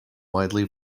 widely